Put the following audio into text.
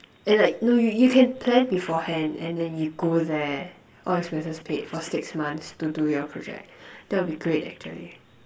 and like no you you can plan beforehand and then you go there all expenses paid for six months to do your project that will be great actually